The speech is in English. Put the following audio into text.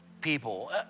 people